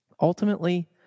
Ultimately